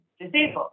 disabled